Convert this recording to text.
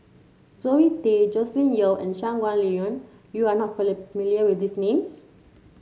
Zoe Tay Joscelin Yeo and Shangguan Liuyun you are not million with these names